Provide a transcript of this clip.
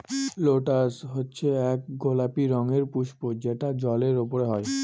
lotus হচ্ছে এক গোলাপি রঙের পুস্প যেটা জলের ওপরে হয়